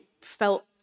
felt